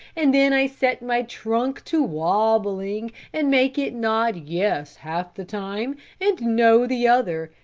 and then i set my trunk to wobbling and make it nod yes half the time and no the other,